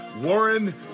Warren